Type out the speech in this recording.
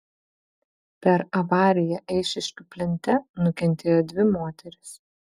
per avariją eišiškių plente nukentėjo dvi moterys